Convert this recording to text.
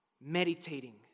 meditating